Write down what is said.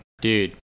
Dude